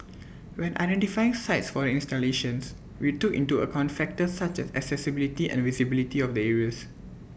when identifying sites for installations we took into account factors such as accessibility and visibility of the areas